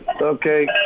Okay